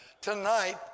Tonight